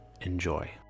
Enjoy